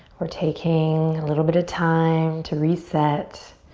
we're taking a little bit of time to reset,